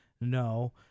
no